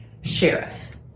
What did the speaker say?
sheriff